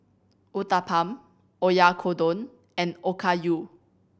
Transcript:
Uthapam Oyakodon and Okayu